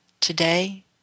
today